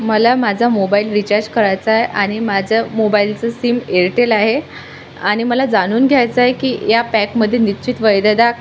मला माझा mobile recharge करायचा आहे आणि माझं मोबाईलचं सिम एअरटेल आहे आणि मला जाणून घ्यायचं आहे की या पॅकमध्ये निश्चित वैधता